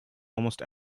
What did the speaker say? almost